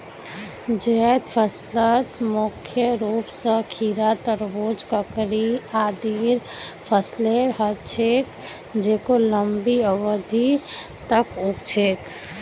जैद फसलत मुख्य रूप स खीरा, तरबूज, ककड़ी आदिर फसलेर ह छेक जेको लंबी अवधि तक उग छेक